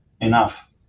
enough